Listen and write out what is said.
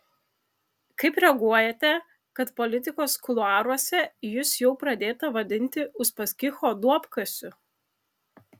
kaip reaguojate kad politikos kuluaruose jus jau pradėta vadinti uspaskicho duobkasiu